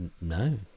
No